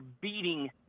beating